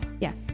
Yes